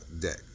deck